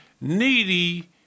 needy